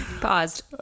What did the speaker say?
Paused